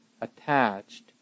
attached